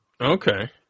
Okay